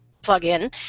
plug-in